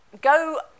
go